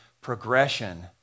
progression